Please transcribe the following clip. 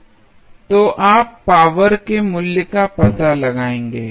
तो आप power p के मूल्य का पता लगाएंगे